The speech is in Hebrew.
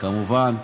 קודם כול,